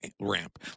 ramp